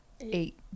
eight